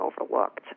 overlooked